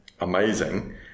amazing